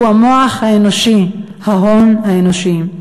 והוא המוח האנושי, ההון האנושי.